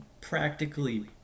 practically